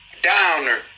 downer